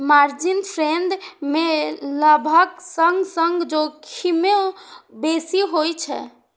margin trade मे लाभक संग संग जोखिमो बेसी होइ छै